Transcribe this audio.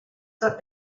got